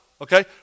okay